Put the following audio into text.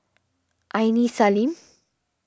Aini Salim